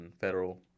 federal